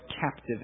captive